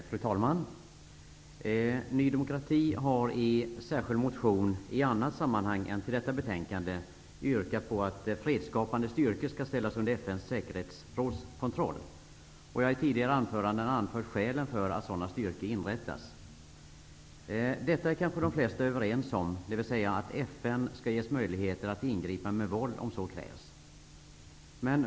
Fru talman! Ny demokrati har i en motion i annat sammanhang än till detta betänkande yrkat på att fredsskapande styrkor skall ställas under FN:s säkerhetsråds kontroll. Jag har i tidigare anföranden anfört skälen för att sådana styrkor inrättas. Detta är kanske de flesta överens om, dvs. att FN skall ges möjligheter att ingripa med våld om så krävs.